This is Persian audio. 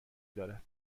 دارد